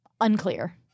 Unclear